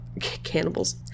cannibals